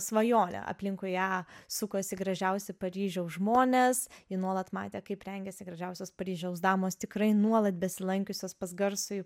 svajoja aplinkui ją sukasi gražiausi paryžiaus žmonės ji nuolat matė kaip rengiasi gražiausils paryžiaus damos tikrai nuolat besilankiusios pas garsųjį